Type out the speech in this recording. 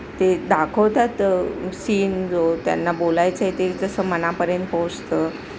ते दाखवतात सीन जो त्यांना बोलायचं आहे ते तसं मनापर्यंत पोहोचतं